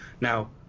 Now